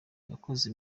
yakoze